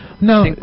No